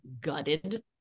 gutted